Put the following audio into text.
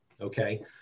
Okay